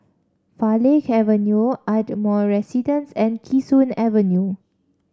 Farleigh Avenue Ardmore Residence and Kee Sun Avenue